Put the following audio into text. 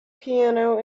piano